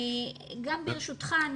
גם ברשותך,